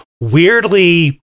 weirdly